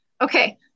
Okay